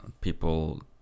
people